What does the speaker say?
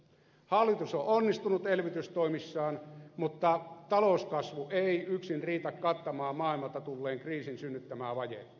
hallitus on onnistunut elvytystoimissaan mutta talouskasvu ei yksin riitä kattamaan maailmalta tulleen kriisin synnyttämää vajetta